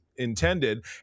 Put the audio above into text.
Intended